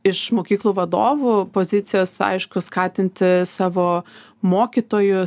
iš mokyklų vadovų pozicijos aišku skatinti savo mokytojus